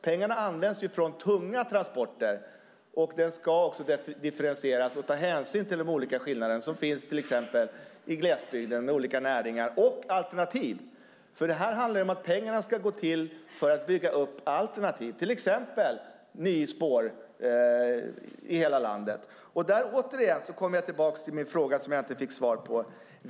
Pengarna kommer från tunga transporter, och avgiften ska också differentieras och ta hänsyn till de skillnader som finns till exempel i glesbygden med olika näringar och alternativ. Det handlar om att pengarna ska gå till att bygga upp alternativ, till exempel nya spår i hela landet. Jag kommer därmed tillbaka till den fråga som jag inte fick svar på.